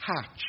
hatch